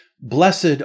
Blessed